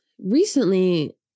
recently